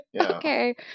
Okay